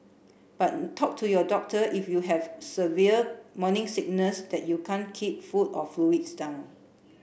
but talk to your doctor if you have severe morning sickness that you can't keep food or fluids down